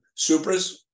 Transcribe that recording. Supras